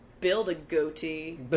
Build-A-Goatee